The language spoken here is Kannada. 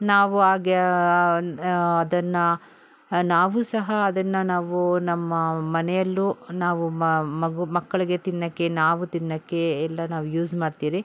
ನಾವು ಆಗ ಅದನ್ನು ನಾವು ಸಹ ಅದನ್ನು ನಾವು ನಮ್ಮ ಮನೆಯಲ್ಲೂ ನಾವು ಮಗು ಮಕ್ಕಳಿಗೆ ತಿನ್ನೋಕ್ಕೆ ನಾವು ತಿನ್ನೋಕ್ಕೆ ಎಲ್ಲ ನಾವು ಯೂಸ್ ಮಾಡ್ತೀರಿ